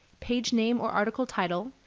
page name or article title,